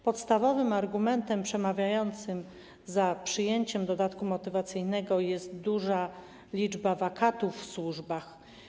Podstawowym argumentem przemawiającym za przyjęciem dodatku motywacyjnego jest duża liczba wakatów w służbach.